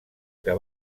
que